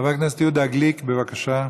חבר הכנסת יהודה גליק, בבקשה.